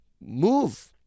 move